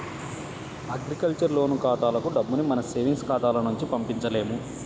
agriculture loan ఖాతాలకు డబ్బుని మన సేవింగ్స్ ఖాతాల నుంచి పంపించలేము